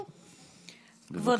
בבקשה.